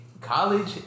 college